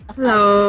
Hello